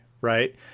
Right